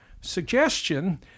suggestion